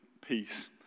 peace